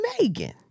megan